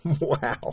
Wow